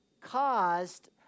caused